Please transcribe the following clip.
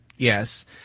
Yes